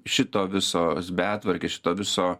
šito visos betvarkės šito viso